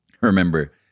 Remember